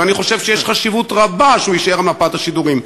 ואני חושב שיש חשיבות רבה שהוא יישאר על מפת השידורים,